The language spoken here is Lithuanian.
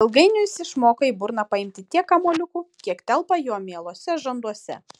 ilgainiui jis išmoko į burną paimti tiek kamuoliukų kiek telpa jo mieluose žanduose